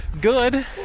good